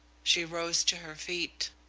she rose to her feet.